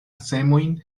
semojn